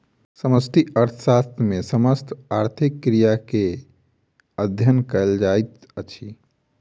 समष्टि अर्थशास्त्र मे समस्त आर्थिक क्रिया के अध्ययन कयल जाइत अछि